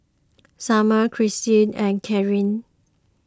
Sumner Cristy and Karrie